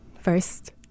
first